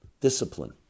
discipline